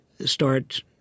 start